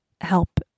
help